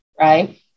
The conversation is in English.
right